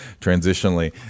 transitionally